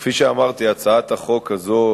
כפי שאמרתי, הצעת החוק הזאת,